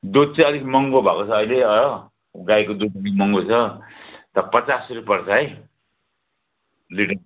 दुध चाहिँ अलिक महँगो भएको छ अहिले हो गाईको दुध अलिक महँगो छ र पचास रुपियाँ पर्छ है लिटरको